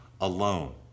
alone